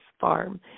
farm